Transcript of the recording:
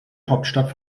hauptstadt